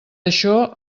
això